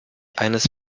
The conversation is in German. eines